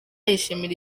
yishimira